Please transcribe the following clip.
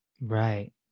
Right